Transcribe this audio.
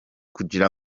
kugira